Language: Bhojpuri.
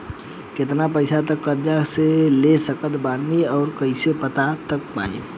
केतना पैसा तक कर्जा ले सकत बानी हम ई कइसे पता कर पाएम?